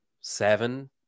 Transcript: seven